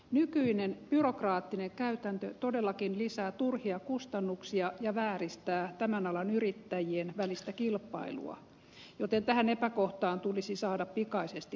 nykyinen byrokraattinen käytäntö todellakin lisää turhia kustannuksia ja vääristää tämän alan yrittäjien välistä kilpailua joten tähän epäkohtaan tulisi saada pikaisesti parannus